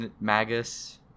magus